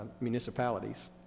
municipalities